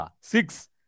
Six